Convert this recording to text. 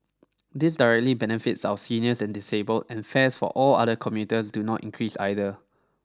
this directly benefits our seniors and disabled and fares for all other commuters do not increase either